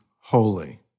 holy